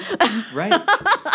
Right